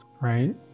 Right